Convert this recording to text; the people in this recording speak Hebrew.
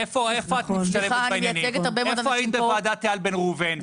איפה היית בוועדת איל בן ראובן?